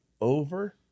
over